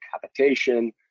capitation